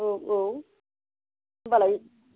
औ औ होनबालाय